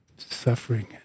Suffering